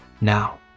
Now